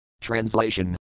Translation